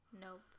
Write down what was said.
Nope